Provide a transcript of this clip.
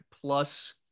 plus